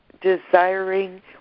desiring